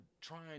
trying